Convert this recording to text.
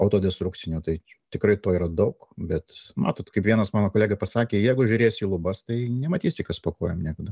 auto destrukcinių tai tikrai to yra daug bet matot kaip vienas mano kolega pasakė jeigu žiūrėsi į lubas tai nematysi kas po kojom niekada